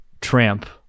tramp